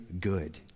good